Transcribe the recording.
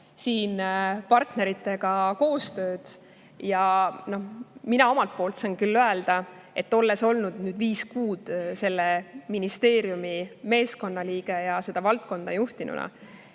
siin partneritega koostööd. Mina saan küll öelda, olles olnud viis kuud selle ministeeriumi meeskonna liige ja seda valdkonda juhtinud,